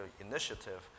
initiative